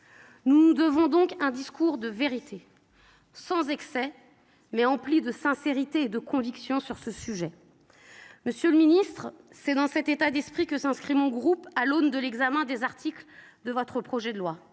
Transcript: Nous nous devons un discours de vérité, sans excès, mais empli de sincérité et de conviction. Monsieur le ministre, c’est dans cet état d’esprit que s’inscrit mon groupe avant l’examen des articles de votre projet de loi.